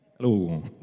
Hello